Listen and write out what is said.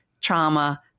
trauma